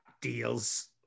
deals